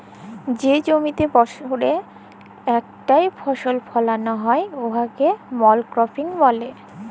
যে জমিতে বসরে ইকটই ফসল ফলাল হ্যয় উয়াকে মলক্রপিং ব্যলে